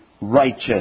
righteous